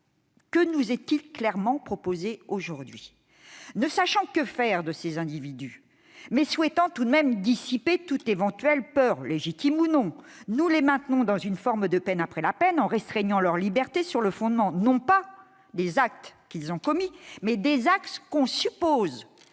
Que nous est-il proposé aujourd'hui ? Ne sachant que faire de ces individus, mais souhaitant tout de même apaiser toute peur, légitime ou non, nous les maintenons dans une forme de peine après la peine, en restreignant leur liberté sur le fondement non pas des actes qu'ils ont commis, mais de ceux qu'on suppose